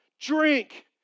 drink